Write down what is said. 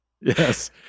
Yes